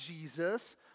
Jesus